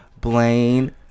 Blaine